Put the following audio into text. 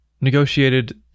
negotiated